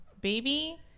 baby